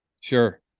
sure